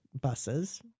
buses